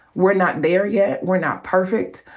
we're not there yet. we're not perfect.